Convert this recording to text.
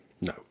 No